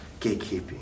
gatekeeping